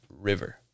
River